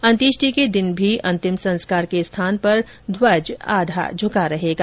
अंत्येष्टि के दिन भी अंतिम संस्कार के स्थान पर ध्वज आधा झुका रहेगा